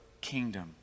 kingdom